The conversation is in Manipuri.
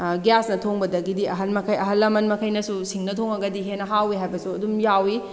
ꯒ꯭ꯌꯥꯁꯅ ꯊꯣꯡꯕꯗꯒꯤꯗꯤ ꯑꯍꯟ ꯃꯈꯩ ꯑꯍꯜꯂꯃꯟ ꯃꯈꯩꯅꯁꯨ ꯁꯤꯡꯗ ꯊꯣꯡꯉꯒꯗꯤ ꯍꯦꯟꯅ ꯍꯥꯎꯏ ꯍꯥꯏꯕꯁꯨ ꯑꯗꯨꯝ ꯌꯥꯎꯏ